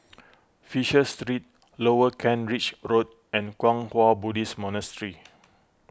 Fisher Street Lower Kent Ridge Road and Kwang Hua Buddhist Monastery